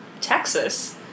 Texas